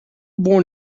born